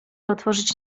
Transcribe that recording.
otworzyć